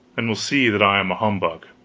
and will see that i am a humbug.